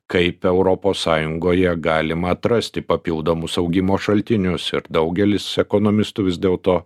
kaip europos sąjungoje galima atrasti papildomus augimo šaltinius ir daugelis ekonomistų vis dėlto